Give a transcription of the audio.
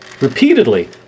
Repeatedly